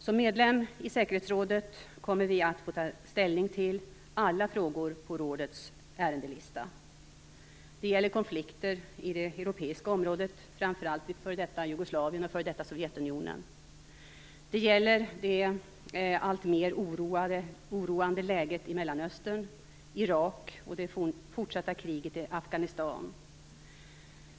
Som medlem av säkerhetsrådet kommer vi att få ta ställning till alla frågor på rådets ärendelista. Det gäller konflikter i det europeiska området, framför allt i det f.d. Jugoslavien och det f.d. Sovjetunionen. Det gäller det alltmer oroande läget i Mellanöstern, Irak och det fortsatta kriget i Afghanistan.